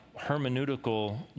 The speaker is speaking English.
hermeneutical